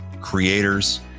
creators